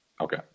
Okay